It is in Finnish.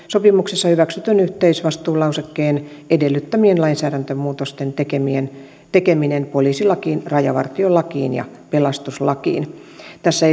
sopimuksessa hyväksytyn yhteisvastuulausekkeen edellyttämien lainsäädäntömuutosten tekeminen tekeminen poliisilakiin rajavartiolakiin ja pelastuslakiin tässä